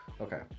Okay